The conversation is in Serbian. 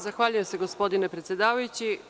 Zahvaljujem se gospodine predsedavajući.